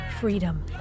freedom